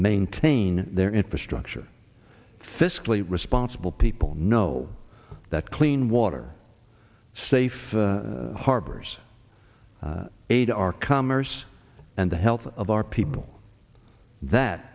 maintain their infrastructure fiscally responsible people know that clean water safe harbors aid our commerce and the health of our people that